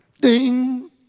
Ding